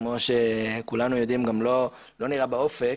וכפי שכולנו יודעים גם לא נראה באופק